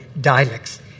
dialects